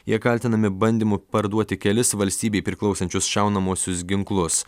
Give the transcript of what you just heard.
jie kaltinami bandymu parduoti kelis valstybei priklausančius šaunamuosius ginklus